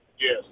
Yes